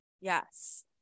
Yes